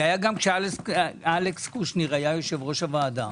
זה היה גם כשאלכס קושניר היה יושב-ראש הוועדה.